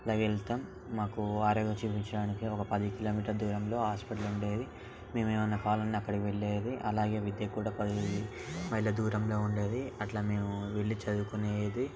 అలా వెళ్తాం మాకు ఆరోగ్యం చూపించడానికి ఒక పది కిలోమీటర్ దూరంలో హాస్పిటల్ ఉండేది మేము ఏమన్నా కావాలన్న అక్కడికి వెళ్ళేది అలాగే విద్య కూడా పదిహేను మైళ్ళ దూరంలో ఉండేది అట్లా మేము వెళ్ళి చదువుకునేది